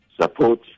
support